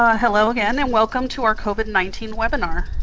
ah hello again and welcome to our covid nineteen webinar.